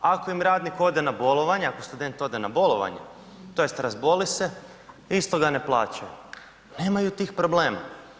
Ako im radnik ode na bolovanje, ako student ode na bolovanje, tj. razboli se, isto ga ne plaćaju, nemaju tih problema.